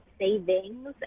savings